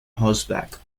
horseback